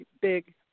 big